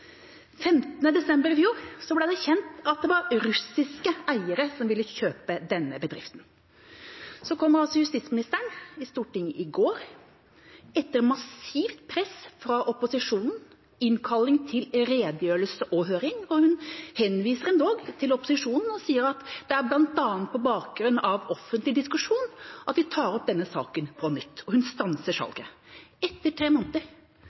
det var russiske eiere som ville kjøpe denne bedriften. Så kom justisministeren til Stortinget i går, etter massivt press fra opposisjonen, innkalling til redegjørelse og høring. Hun henviser endog til opposisjonen og sier at det er bl.a. på bakgrunn av offentlig diskusjon at de tar opp denne saken på nytt. Hun stanser salget, etter tre måneder,